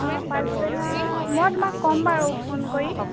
অ পাছবেলা মই তোমাক ক'ম বাৰু ফোন কৰি